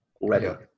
already